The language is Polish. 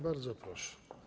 Bardzo proszę.